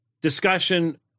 discussion